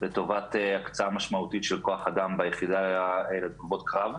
לטובת הקצאה משמעותית של כוח אדם ב"יחידה לתגובות קרב".